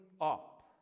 up